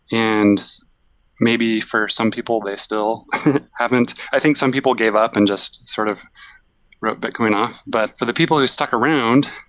and maybe for some people, they still haven't i think some people gave up and just sort of wrote bitcoin off. but for the people who stuck around